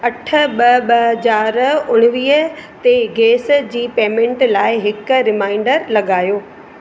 अठ ॿ ॿ हज़ार उणिवीह ते गैस जी पेमेंट लाइ हिक रिमाइंडर लॻायो